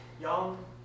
young